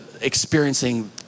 experiencing